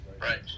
Right